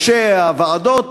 ראשי הוועדות,